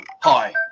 hi